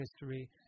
history